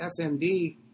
FMD